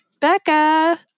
Becca